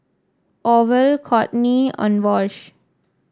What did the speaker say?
Orval Kortney and Wash